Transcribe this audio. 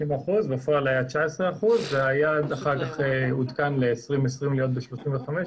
50%, בפועל היו 19%. היעד ל-2020 עודכן ל-35%,